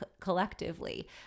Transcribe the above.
collectively